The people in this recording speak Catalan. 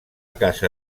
casa